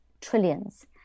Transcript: trillions